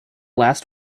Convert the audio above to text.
last